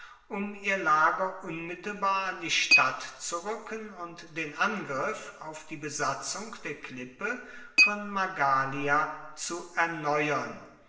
um ihr lager unmittelbar an die stadt zu rücken und den angriff auf die besatzung der klippe von magalia zu erneuern